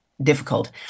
difficult